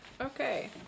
Okay